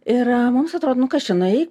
ir mums atrodo nu kas čia nuėjai